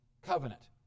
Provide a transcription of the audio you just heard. Covenant